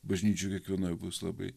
bažnyčioj kiekvienoj bus labai